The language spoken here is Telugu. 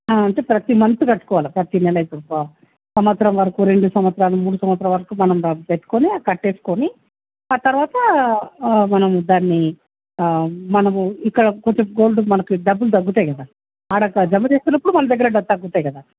అంటే ప్రతి మంత్ కట్టుకోవాలి ప్రతి నెల ఇప్పుడు సంవత్సరం వరకు రెండు సంవత్సరాలు మూడు సంవత్సరాల వరకు మనం పెట్టుకొని కట్టుకోని ఆ తర్వాత మనం దాన్ని మనం ఇక గోల్డ్ డబ్బులు తగ్గుతాయి కదా ఆడ జమా చేస్తున్నప్పుడు మన దగ్గర తగ్గుతాయి కదా